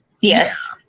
Yes